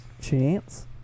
Chance